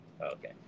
Okay